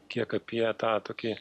kiek apie tą tokį